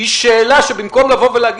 היא שאלה שבמקום לבוא ולהגיד,